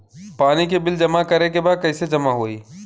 पानी के बिल जमा करे के बा कैसे जमा होई?